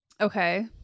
okay